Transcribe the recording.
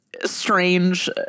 strange